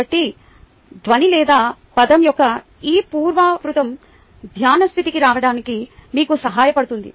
కాబట్టి ధ్వని లేదా పదం యొక్క ఈ పునరావృతం ధ్యాన స్థితికి రావడానికి మీకు సహాయపడుతుంది